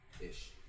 Ish